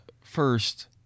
first